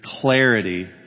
clarity